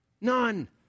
none